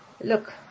look